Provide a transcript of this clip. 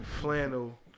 flannel